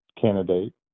candidate